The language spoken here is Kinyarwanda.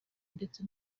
ndetse